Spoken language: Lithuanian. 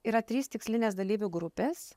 yra trys tikslinės dalyvių grupės